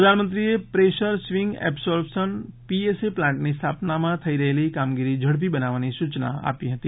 પ્રધાનમંત્રીએ pressure swing absorption PSA પ્લાન્ટની સ્થાપનામાં થઈ રહેલી કામગીરી ઝડપી બનાવવાની સૂચના આપી હતી